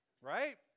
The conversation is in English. right